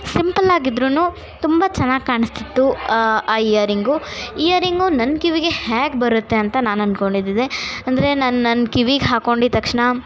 ಸಿಂಪಲ್ಲಾಗಿದ್ರೂ ತುಂಬ ಚೆನ್ನಾಗಿ ಕಾಣಿಸ್ತಿತ್ತು ಆಂ ಆ ಇಯರಿಂಗು ಇಯರಿಂಗು ನನ್ನ ಕಿವಿಗೆ ಹೇಗೆ ಬರುತ್ತೆ ಅಂತ ನಾನು ಅಂದ್ಕೊಂಡಿದಿದ್ದೆ ಅಂದರೆ ನನ್ನ ನನ್ನ ಕಿವಿಗೆ ಹಾಕ್ಕೊಂಡಿದ್ದ ತಕ್ಷಣ